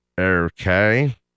Okay